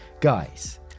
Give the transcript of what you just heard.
Guys